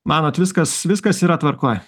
manot viskas viskas yra tvarkoj